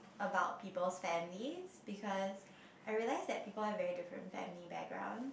about people's families because I realised that people have very different family background